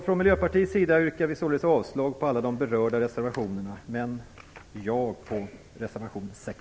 Från Miljöpartiets sida yrkar vi således avslag på alla de berörda reservationerna men bifall till reservation 6.